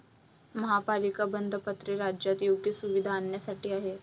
महापालिका बंधपत्रे राज्यात योग्य सुविधा आणण्यासाठी आहेत